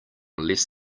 less